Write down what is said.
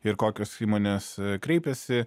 ir kokios įmonės kreipiasi